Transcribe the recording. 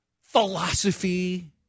philosophy